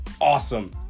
awesome